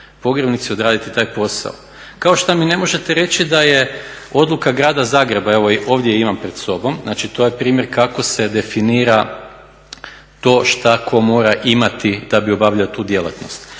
pogrebnici odraditi taj posao. Kao šta mi ne možete reći da je odluka grada Zagreba, evo i ovdje imam pred sobom. Znači, to je primjer kako se definira to šta tko mora imati da bi obavljao tu djelatnost.